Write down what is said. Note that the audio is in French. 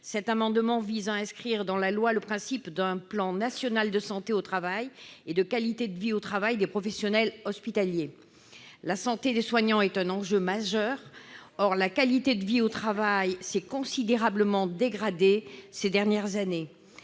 Cet amendement vise à inscrire dans la loi le principe d'un plan national de santé au travail et de qualité de vie au travail des professionnels hospitaliers. La santé des soignants est un enjeu majeur. Or la qualité de vie au travail des professionnels de santé s'est considérablement dégradée ces dernières années.